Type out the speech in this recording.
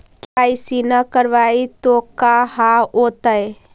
KYC न करवाई तो का हाओतै?